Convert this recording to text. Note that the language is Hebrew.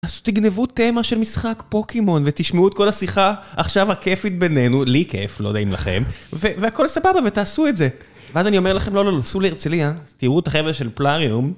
אז תגנבו תמה של משחק פוקימון ותשמעו את כל השיחה עכשיו הכיפית בינינו, לי כיף, לא יודע אם לכם והכל סבבה ותעשו את זה ואז אני אומר לכם, לא לא, תיסעו להרצליה תראו את החבר'ה של פלאריום